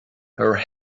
her